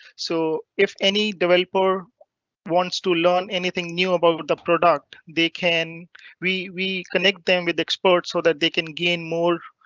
so if any developer wants to learn anything new about the product, they can we we connect them with export so that they can gain more.